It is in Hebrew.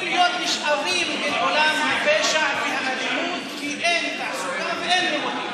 להישאב לעולם הפשע והאלימות כי אין לימודים.